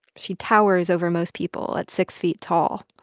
she towers over most people at six feet tall.